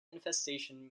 infestation